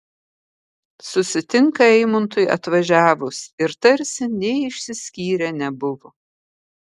susitinka eimuntui atvažiavus ir tarsi nė išsiskyrę nebuvo